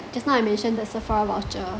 just now I mentioned the sephora voucher